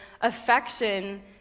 affection